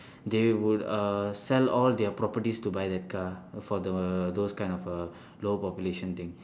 they would uh sell all their properties to buy that car for the those kind of uh low population thing